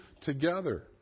together